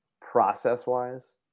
process-wise